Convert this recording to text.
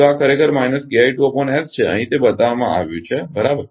તો આ ખરેખર છે અહીં તે બતાવવામાં આવ્યું છે બરાબર